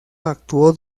actuó